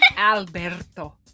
Alberto